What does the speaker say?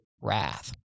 wrath